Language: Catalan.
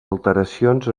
alteracions